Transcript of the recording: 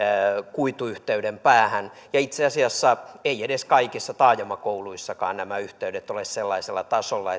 kuituyhteyden päähän ja itse asiassa eivät edes kaikissa taajamakouluissakaan nämä yhteydet ole sellaisella tasolla